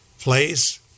place